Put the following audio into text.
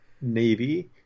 Navy